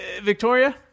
victoria